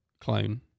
clone